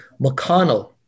McConnell